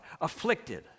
afflicted